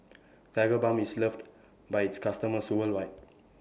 Tigerbalm IS loved By its customers worldwide